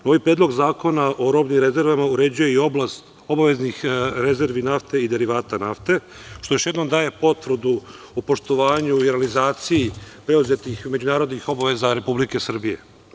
Novi Predlog zakona o robnim rezervama uređuje i oblast obaveznih rezervi nafte i derivata nafte, što još jednom daje potvrdu u poštovanju i realizaciji preuzetih međunarodnih obaveza Republike Srbije.